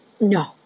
No